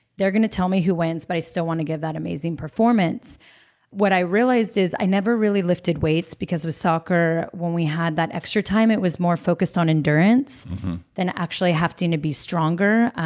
they're going to tell me who wins, but i still want to give that amazing performance what i realized is i never really lifted weights because, with soccer, when we had that extra time, it was more focused on endurance than actually having to to be stronger.